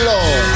Lord